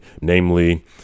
namely